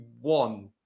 one